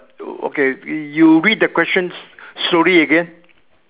okay you read the question slowly again